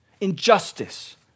injustice